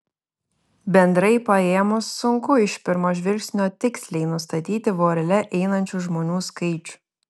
bendrai paėmus sunku iš pirmo žvilgsnio tiksliai nustatyti vorele einančių žmonių skaičių